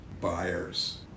buyers